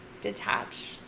detach